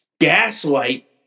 gaslight